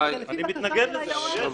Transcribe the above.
אני מתנגד לזה, אבל יש.